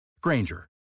Granger